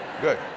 Good